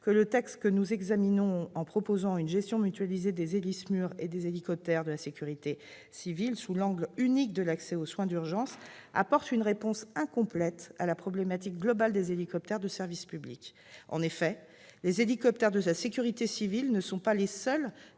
que le texte que nous examinons, en prévoyant une gestion mutualisée des Héli-SMUR et des hélicoptères de la sécurité civile sous l'angle unique de l'accès aux soins d'urgence, apporte une réponse incomplète à la problématique globale des hélicoptères de service public. En effet, les hélicoptères de la sécurité civile ne sont pas les seuls